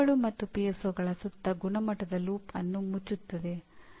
ಇದು ಶಾಲೆಗಳಿಂದ ಪ್ರಾರಂಭವಾಯಿತು ಮತ್ತು ನಂತರ ಉನ್ನತ ಶಿಕ್ಷಣ ಕಾರ್ಯಕ್ರಮಗಳಿಗೆ ವಿಸ್ತರಿಸಲ್ಪಟ್ಟಿತು